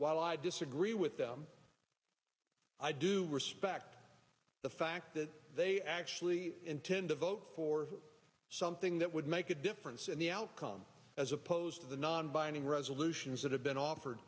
while i disagree with them i do respect the fact that they actually intend to vote for something that would make a difference in the outcome as opposed to the non binding resolutions that have been offered